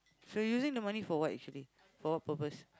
you're using the money for what actually for what purpose